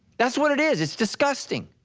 that's what it is, it's disgusting.